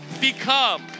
become